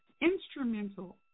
instrumental